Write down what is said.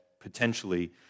potentially